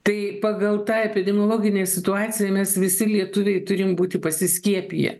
tai pagal tą epidemiologinę situaciją mes visi lietuviai turim būti pasiskiepiję